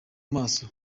maso